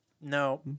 no